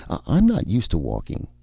i'm not used to walking.